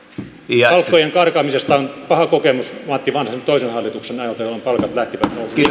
palkkojen karkaamisesta on paha kokemus matti vanhasen toisen hallituksen ajalta jolloin palkat lähtivät